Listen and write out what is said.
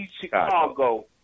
Chicago